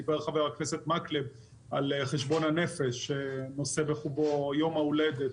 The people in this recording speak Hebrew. דיבר חבר הכנסת מקלב על חשבון הנפש שנושא בחובו יום ההולדת,